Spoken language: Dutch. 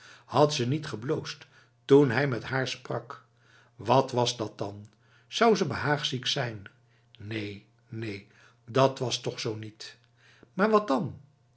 had ze niet gebloosd toen hij met haar sprak wat was dat dan zou ze behaagziek zijn neen neen dat was toch zoo niet maar wat dan